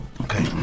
Okay